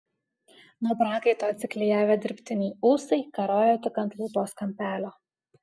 nuo prakaito atsiklijavę dirbtiniai ūsai karojo tik ant lūpos kampelio